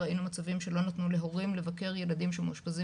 ראינו מצבים שלא נתנו להורים לבקר ילדים שמאושפזים